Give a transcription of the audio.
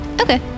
okay